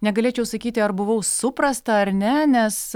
negalėčiau sakyti ar buvau suprasta ar ne nes